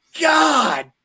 God